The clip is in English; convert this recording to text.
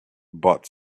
but